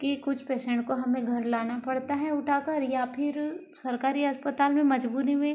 कि कुछ पेशेंट को हमें घर लाना पड़ता है उठाकर या फिर सरकारी अस्पताल में मजबूरी में